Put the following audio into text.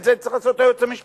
את זה יצטרך לעשות היועץ המשפטי.